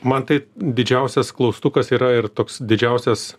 man tai didžiausias klaustukas yra ir toks didžiausias